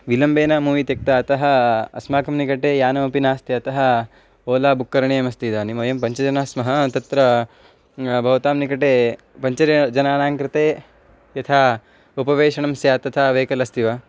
विलम्बेन मूवि त्यक्ता अतः अस्माकं निकटे यानमपि नास्ति अतः ओला बुक् करणीयमस्ति इदानीं वयं पञ्चजनाः स्मः तत्र भवतां निकटे पञ्च जनानां कृते यथा उपवेशनं स्यात् तथा वेहिकल् अस्ति वा